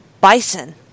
bison